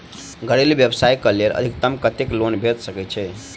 घरेलू व्यवसाय कऽ लेल अधिकतम कत्तेक लोन भेट सकय छई?